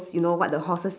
you know what the horses